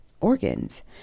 organs